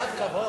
קצת כבוד.